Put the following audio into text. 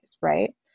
right